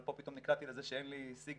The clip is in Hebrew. אבל פה פתאום נקלעתי לזה שאין לי סיגינט,